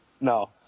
No